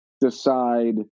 decide